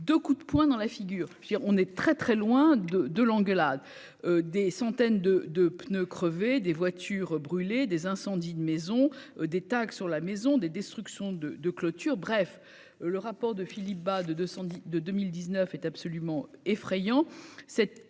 de coups de poing dans la figure, je veux dire, on est très très loin de de l'engueulade, des centaines de de pneus crevés, des voitures brûlées, des incendies de maisons des tags sur la maison des destructions de de clôture, bref, le rapport de Philippe Bas de 210 de 2019 est absolument effrayant